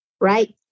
right